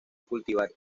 cultivar